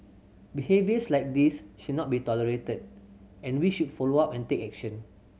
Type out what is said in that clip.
behaviours like this should not be tolerated and we should follow up and take action